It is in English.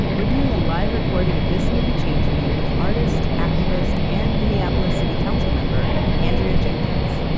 we're doing a live recording of this movie changed me with artist, activist, and minneapolis city council member, andrea jenkins.